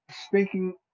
Speaking